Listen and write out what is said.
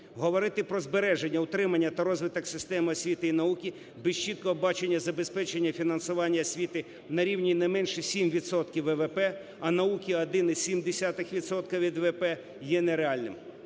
Говорити про збереження, утримання та розвиток системи освіти і науки без чіткого бачення забезпечення фінансування освіти на рівні не менше 7 відсотків ВВП, а науки 1,7 відсотки від ВВП є нереальним.